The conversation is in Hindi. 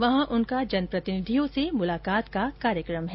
वहां उनका जनप्रतिनिधियों से मुलाकात का कार्यक्रम है